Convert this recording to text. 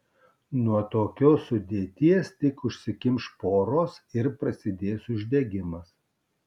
nuo tokios sudėties tik užsikimš poros ir prasidės uždegimas